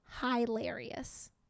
hilarious